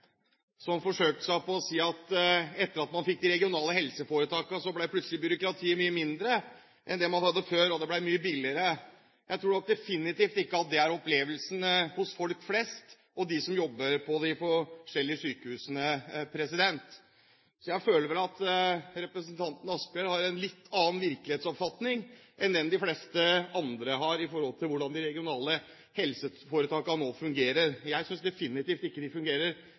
som forsøkte seg med å si at etter at man fikk de regionale helseforetakene, ble byråkratiet plutselig mye mindre enn det man hadde før, og det ble mye billigere. Jeg tror definitivt ikke at det er opplevelsen hos folk flest og hos dem som jobber på de forskjellige sykehusene. Så jeg føler vel at representanten Asphjell har en litt annen virkelighetsoppfatning enn det de fleste andre har når det gjelder hvordan de regionale helseforetakene nå fungerer. Jeg synes definitivt ikke de fungerer